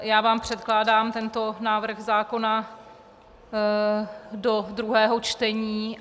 Já vám předkládám tento návrh zákona do druhého čtení.